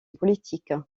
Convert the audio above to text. politique